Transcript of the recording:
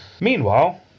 Meanwhile